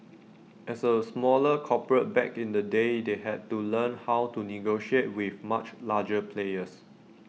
as A smaller corporate back in the day they had to learn how to negotiate with much larger players